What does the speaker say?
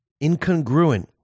incongruent